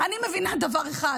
אני מבינה דבר אחד,